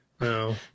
No